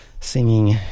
singing